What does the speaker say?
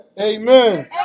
Amen